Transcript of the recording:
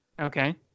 Okay